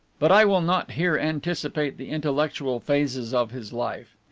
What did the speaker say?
but i will not here anticipate the intellectual phases of his life.